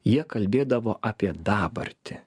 jie kalbėdavo apie dabartį